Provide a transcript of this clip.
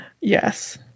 yes